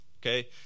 okay